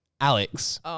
Alex